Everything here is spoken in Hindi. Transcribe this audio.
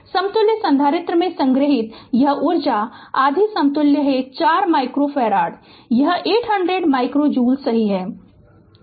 समतुल्य संधारित्र में संग्रहीत यह ऊर्जा आधा समतुल्य है 4 माइक्रोफ़ारड यह 800 माइक्रो जूल सही है